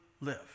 live